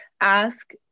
ask